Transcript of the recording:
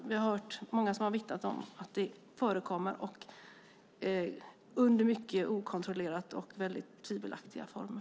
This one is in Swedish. Vi har hört många som har vittnat om att det förekommer under mycket okontrollerade och tvivelaktiva former.